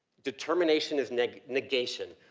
determination is ne, negation.